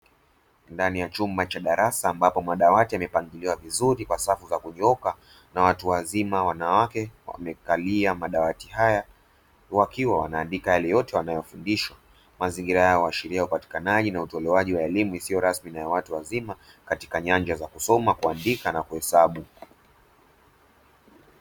Ndani ya chumba cha darasa ambapo madawati yamepangiliwa vizuri kwa safu za kunyooka na watu wazima wanawake wamekalia madawati haya wakiwa wanaandika yale yote waliyofundishwa. Mazingira haya yanaashiria upatikanaji na utolewaji wa elimu isiyo rasmi na ya watu wazima katika nyanja za kusoma, kuandika na kuhesabu.